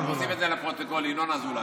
אני מוסיף את זה לפרוטוקול: ינון אזולאי.